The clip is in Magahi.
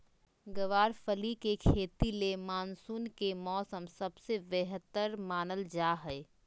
गँवार फली के खेती ले मानसून के मौसम सबसे बेहतर मानल जा हय